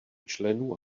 členů